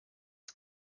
das